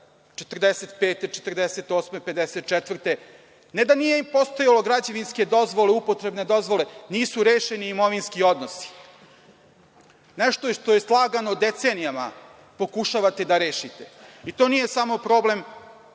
1954. godine, ne da nije postojalo građevinske upotrebne dozvole, nisu rešeni imovinski odnosi. Nešto što je slagano decenijama pokušavate da rešite. To nije samo problem